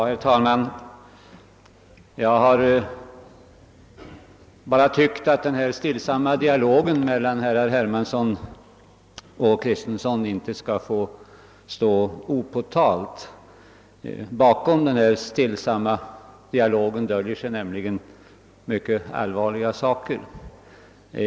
Herr talman! Jag tycker att den här stillsamma dialogen mellan herrar Hermansson och Kristenson inte bör få stå opåtalad. Bakom denna stillsamma dialog döljer sig nämligen mycket allvarliga saker.